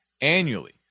annually